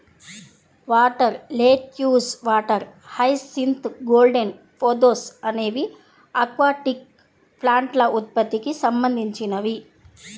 water lettuce, water hyacinth, golden pothos అనేవి aquatic ప్లాంట్ల ఉత్పత్తికి సంబంధించినవి